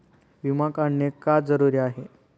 विमा काढणे का जरुरी आहे?